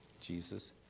Jesus